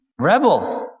rebels